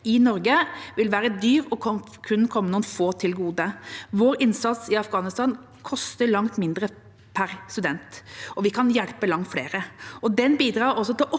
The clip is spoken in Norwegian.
i Norge vil være dyr og kun komme noen få til gode. Vår innsats i Afghanistan koster langt mindre per student, og vi kan hjelpe langt flere. Den bidrar også til å